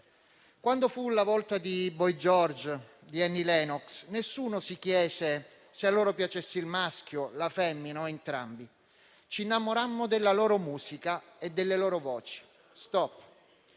Quando fu la volta di Boy George e di Annie Lennox, nessuno si chiese se a loro piacesse il maschio, la femmina o entrambi. Ci innamorammo della loro musica e delle loro voci: *stop*.